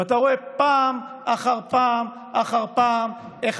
ואתה רואה פעם אחר פעם אחר פעם איך